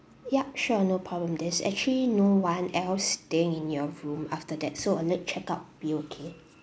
yup sure no problem there's actually no one else staying in your room after that so a late check out be okay